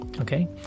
okay